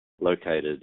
located